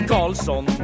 Carlson